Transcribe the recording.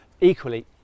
equally